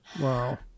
Wow